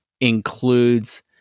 Includes